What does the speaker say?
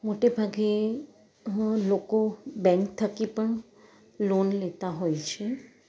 મોટે ભાગે લોકો બેંક થકી પણ લોન લેતા હોય છે